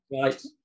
right